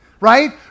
Right